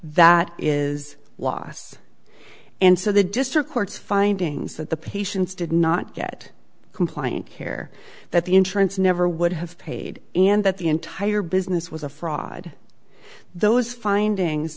loss and so the district court's findings that the patients did not get compliant care that the insurance never would have paid and that the entire business was a fraud those findings